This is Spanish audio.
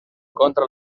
contra